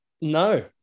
No